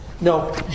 No